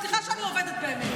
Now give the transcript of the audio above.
סליחה שאני עובדת באמת.